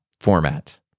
format